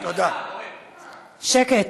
שקט.